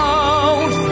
out